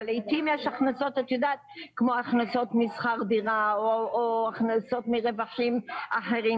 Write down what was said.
לעיתים יש הכנסות כמו משכר דירה או הכנסות מרווחים אחרים